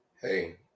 Hey